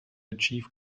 achieve